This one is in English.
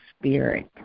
spirit